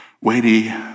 weighty